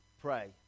pray